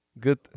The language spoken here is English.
Good